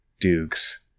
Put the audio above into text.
dukes